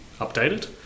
updated